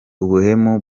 ubuhemu